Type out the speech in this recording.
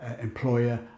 employer